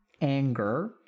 anger